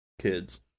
kids